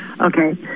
Okay